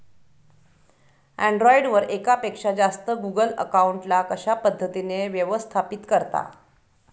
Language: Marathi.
अँड्रॉइड वर एकापेक्षा जास्त गुगल अकाउंट ला कशा पद्धतीने व्यवस्थापित करता?